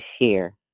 share